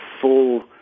full